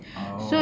oh